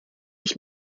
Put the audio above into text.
ich